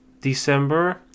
December